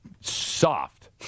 soft